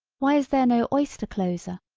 why is there no oyster closer.